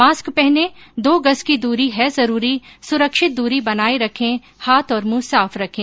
mask पहनें दो गज़ की दूरी है जरूरी सुरक्षित दूरी बनाए रखें हाथ और मुंह साफ रखें